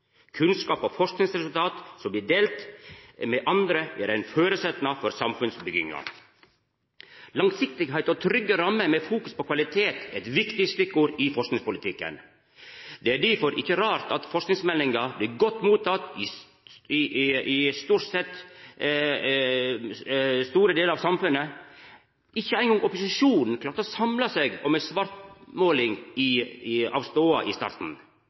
kunnskap. Kunnskap og forskingsresultat som blir delt med andre, er ein føresetnad for samfunnsbygginga. Det å tenkja langsiktig og å ha trygge rammer med fokus på kvalitet er viktige stikkord i forskingspolitikken. Det er difor ikkje rart at forskingsmeldinga blir godt motteken i store delar av samfunnet. Ikkje eingong opposisjonen klarte å samla seg om ei svartmåling av stoda i starten.